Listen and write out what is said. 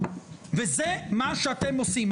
וזה מה שאתם עושים,